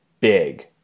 big